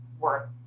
work